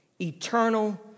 eternal